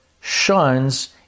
shines